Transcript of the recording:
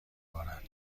بارد